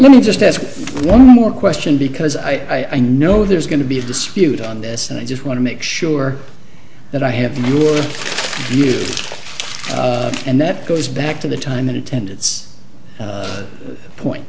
let me just ask one more question because i know there's going to be a dispute on this and i just want to make sure that i have more of you and that goes back to the time that attendance point